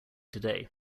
today